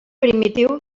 primitiu